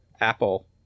Apple